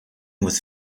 with